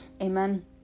Amen